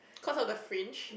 cause of the fringe